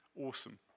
awesome